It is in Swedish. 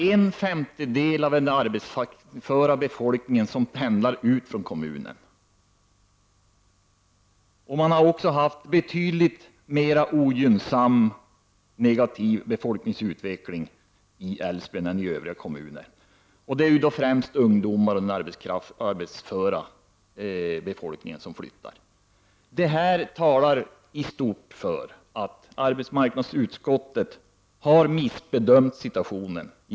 En femtedel av den arbetsföra befolkningen pendlar ut från kommunen, och befolkningsutvecklingen har varit mycket mer ogynnsam i Älvsbyn än i de andra kommunerna. Främst ungdomar och andra arbetsföra personer flyttar. Det här talar i stort för att arbetsmarknadsutskottet har missbedömt situationen.